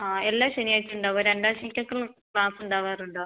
ആ എല്ലാ ശനിയാഴ്ചയും ഉണ്ടാവുമോ രണ്ടാം ശനിക്കൊക്കെ ക്ലാസ്സുണ്ടാവാറുണ്ടോ